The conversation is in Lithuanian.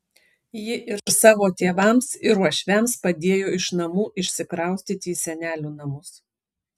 ji ir savo tėvams ir uošviams padėjo iš namų išsikraustyti į senelių namus